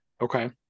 Okay